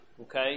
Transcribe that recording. Okay